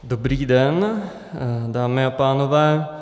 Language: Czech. Dobrý den, dámy a pánové.